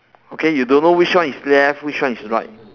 okay you don't know which one is left which one is right